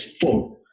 four